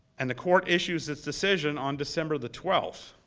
and the court issues its decision on december the twelfth.